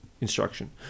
instruction